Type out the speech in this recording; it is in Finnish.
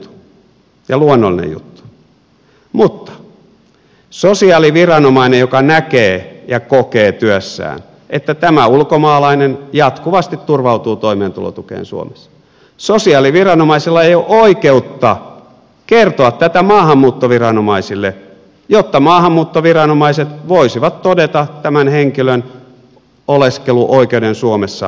mutta kun sosiaaliviranomainen näkee ja kokee työssään että tämä ulkomaalainen jatkuvasti turvautuu toimeentulotukeen suomessa sosiaaliviranomaisella ei ole oikeutta kertoa tätä maahanmuuttoviranomaisille jotta maahanmuuttoviranomaiset voisivat todeta tämän henkilön oleskeluoikeuden suomessa loppuvan